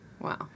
Wow